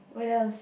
what else